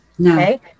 Okay